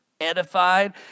edified